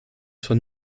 von